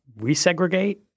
resegregate